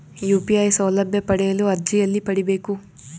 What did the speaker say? UPI ಸೌಲಭ್ಯ ಪಡೆಯಲು ಅರ್ಜಿ ಎಲ್ಲಿ ಪಡಿಬೇಕು?